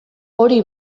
hori